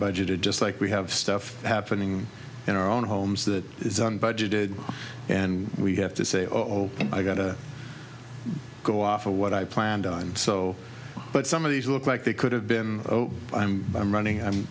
budget just like we have stuff happening in our own homes that is on budgeted and we have to say all i got to go off of what i planned on so but some of these look like they could have been i'm i'm running i'm